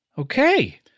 Okay